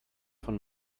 von